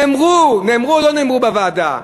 נאמרו או לא נאמרו בוועדה?